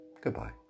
goodbye